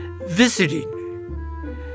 visiting